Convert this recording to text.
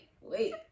wait